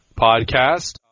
podcast